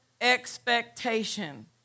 expectation